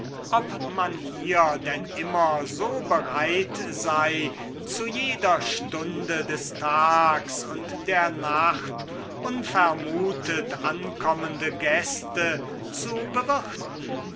ob man hier denn immer so bereit sei zu jeder stunde des tags und der nacht unvermutet ankommende gäste zu bewirten